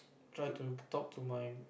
try to talk to my